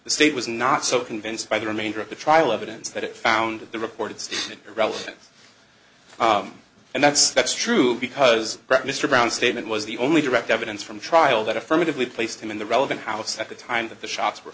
the state was not so convinced by the remainder of the trial of events that it found the reported relatives and that's that's true because mr brown statement was the only direct evidence from the trial that affirmatively placed him in the relevant house at the time that the shots were